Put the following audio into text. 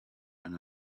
and